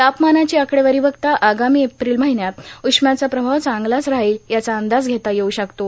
तापमानाची आकडेवारी बघता आगामी एप्रिल महिन्यात उष्म्याचा प्रभाव चांगलाच राहील याचा अंदाज घेता येऊ शकतो